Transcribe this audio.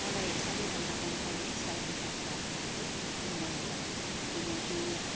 मलाई सबैभन्दा मनपर्ने साहित्य पात्रहरूमा चाहिँ मुना हो किनकि